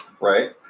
Right